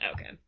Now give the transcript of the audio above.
Okay